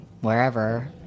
wherever